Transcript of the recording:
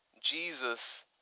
Jesus